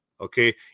Okay